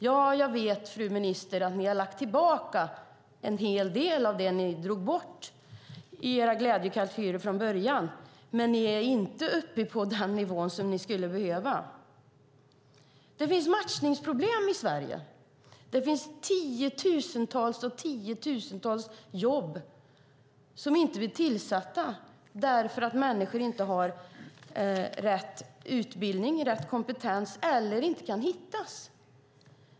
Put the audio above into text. Jag vet, fru minister, att ni har lagt tillbaka en hel del av det som ni från början drog bort i era glädjekalkyler, men ni är inte uppe på den nivå som ni skulle behöva vara. Det finns matchningsproblem i Sverige. Det finns tiotusentals och åter tiotusentals jobb som inte blir tillsatta därför att människor inte har rätt utbildning, rätt kompetens eller inte kan hittas.